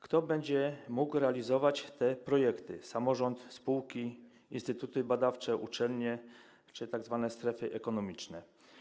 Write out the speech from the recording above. Kto będzie mógł realizować te projekty: samorząd, spółki, instytuty badawcze, uczelnie czy tzw. strefy ekonomiczne?